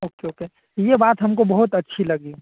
okay okay यह बात हमको बहुत अच्छी लगी